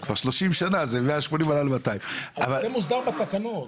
כבר 30 שנה זה 180. אבל זה מוסדר בתקנות.